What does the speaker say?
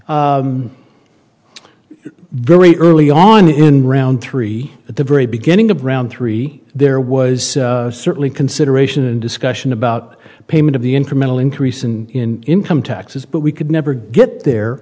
very early on in round three at the very beginning of round three there was certainly consideration and discussion about payment of the incremental increase in income taxes but we could never get there